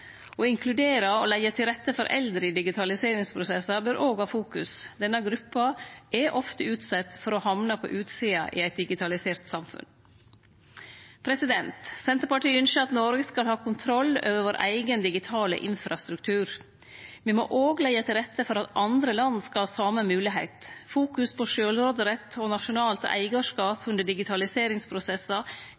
Å inkludere og leggje til rette for eldre i digitaliseringsprosessar bør òg leggjast vekt på. Denne gruppa er ofte utsett for å hamne på utsida i eit digitalisert samfunn. Senterpartiet ynskjer at Noreg skal ha kontroll over sin eigen digitale infrastruktur. Me må òg leggje til rette for at andre land skal ha den same moglegheita. Fokus på sjølvråderett og nasjonalt eigarskap under digitaliseringsprosessar